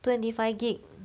twenty five gig